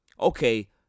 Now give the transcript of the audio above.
Okay